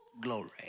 glory